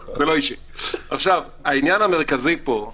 ולכן העניין המרכזי כאן